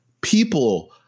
people